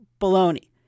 baloney